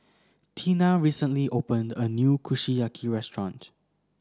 Tina recently opened a new Kushiyaki restaurant